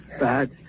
Bad